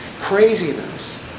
craziness